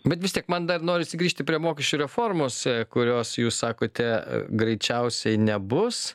bet vis tiek man dar norisi grįžti prie mokesčių reformos kurios jūs sakote greičiausiai nebus